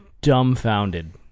Dumbfounded